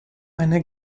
eine